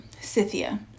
Scythia